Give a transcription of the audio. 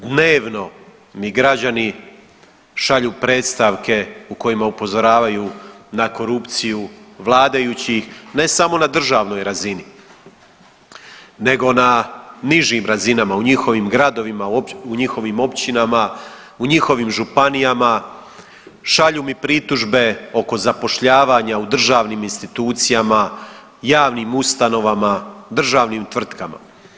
Dnevno mi građani šalju predstavke u kojima upozoravaju na korupciju vladajućih, ne samo na državnoj razini nego na nižim razinama u njihovim gradovima, općinama, u njihovim županijama, šalju mi pritužbe oko zapošljavanja u državnim institucijama, javnim ustanovama, državnim tvrtkama.